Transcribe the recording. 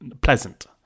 pleasant